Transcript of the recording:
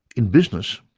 in business,